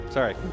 Sorry